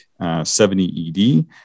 70ED